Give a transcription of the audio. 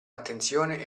attenzione